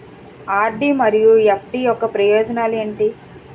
RD మరియు FD యొక్క ప్రయోజనాలు ఏంటి?